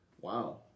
Wow